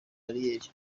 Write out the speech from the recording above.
bariyeri